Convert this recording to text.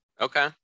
Okay